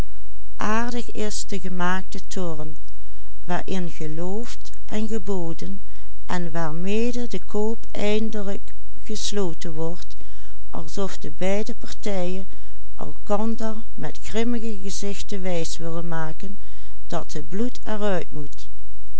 gezichten wijs willen maken dat het bloed er uit moet